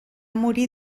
morir